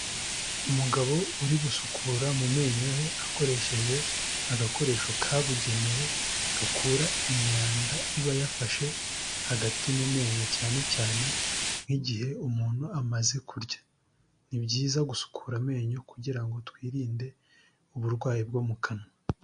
Umugabo uri gusukura mu menyo ye akoresheje agakoresho kabugenewe gakura imyanda iba yafashe hagati mu menyo cyane cyane nk'igihe umuntu amaze kurya. Ni byiza gusukura amenyo kugira ngo twirinde uburwayi bwo mu kanwa.